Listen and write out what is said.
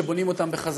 שבונים אותם בחזרה.